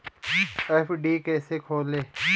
FD कैसे खोलें?